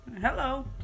Hello